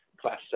class